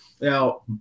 Now